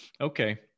Okay